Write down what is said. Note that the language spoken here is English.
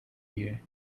year